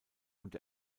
und